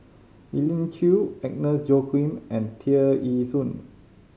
Elim Chew Agnes Joaquim and Tear Ee Soon